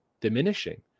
diminishing